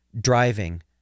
driving